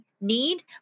need